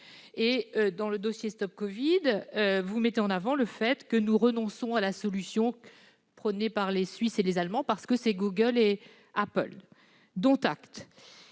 Dans le dossier StopCovid, vous mettez en avant le fait que nous renonçons à la solution prônée par les Suisses et les Allemands, parce qu'elle a été développée par Google et Apple. Dont acte